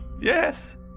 yes